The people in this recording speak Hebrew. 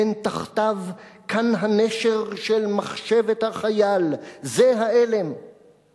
הן תחתיו קן הנשר/ של מחשבת החייל, זה העלם!/